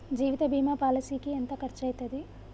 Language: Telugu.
జీవిత బీమా పాలసీకి ఎంత ఖర్చయితది?